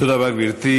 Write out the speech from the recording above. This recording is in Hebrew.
תודה רבה, גברתי.